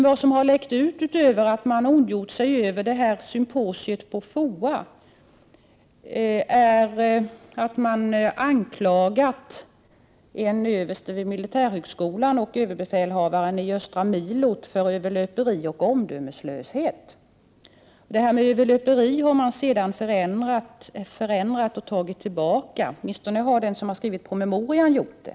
Vad som har läckt ut utöver att man har ondgjort sig över detta symposium på FOA är att man har anklagat en överste vid militärhögskolan och överbefälhavaren i östra milot för överlöperi och omdömeslöshet. Anklagelsen för överlöperi har sedan tagits tillbaka. Åtminstone har den som har skrivit promemorian gjort det.